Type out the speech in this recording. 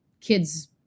kids